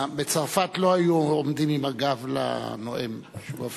בצרפת לא היו עומדים עם הגב לנואם בשום אופן.